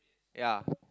ya